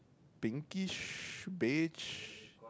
pinkish beige